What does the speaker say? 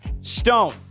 Stone